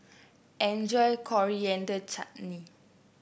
enjoy your Coriander Chutney